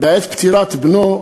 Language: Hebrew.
בעת פטירת בנו,